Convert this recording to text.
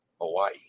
Hawaii